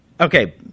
Okay